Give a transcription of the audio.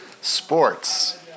sports